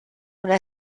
una